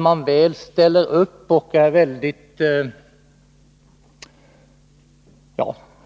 Man ställer visserligen upp och är